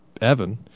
Evan